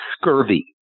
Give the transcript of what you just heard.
scurvy